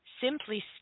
simply